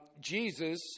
Jesus